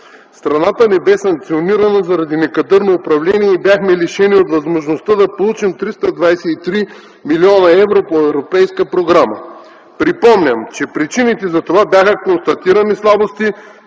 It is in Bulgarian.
Страната ни бе санкционирана заради некадърно управление и бяхме лишени от възможността да получим 323 млн. евро по европейска програма. Припомням, че причините за това бяха констатирани слабости